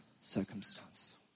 circumstance